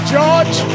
George